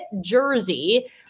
jersey